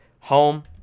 home